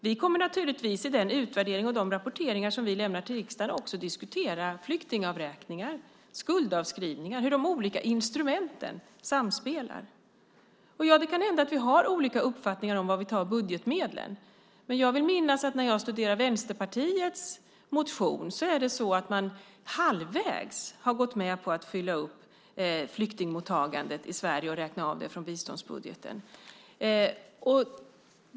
Vi kommer naturligtvis i den utvärdering och de rapporter som vi lämnar till riksdagen också att diskutera flyktingavräkningar, skuldavskrivningar och hur de olika instrumenten samspelar. Det kan hända att vi har olika uppfattningar om var vi tar budgetmedlen. Men jag vill minnas att jag när jag studerade Vänsterpartiets motion såg att ni halvvägs har gått med på att fylla upp flyktingmottagandet i Sverige och räkna av det från biståndsbudgeten.